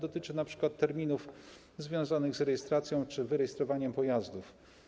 Dotyczy on np. terminów związanych z rejestracją czy wyrejestrowaniem pojazdów.